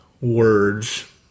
words